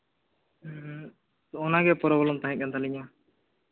ᱦᱮᱸ ᱚᱱᱟᱜᱮ ᱯᱨᱚᱵᱞᱮᱢ ᱛᱟᱦᱮᱸ ᱠᱟᱱ ᱛᱟᱞᱤᱧᱟᱹ